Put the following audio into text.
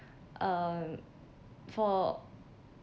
um for